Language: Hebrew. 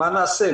מה נעשה?